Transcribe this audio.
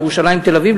ירושלים תל-אביב,